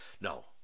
No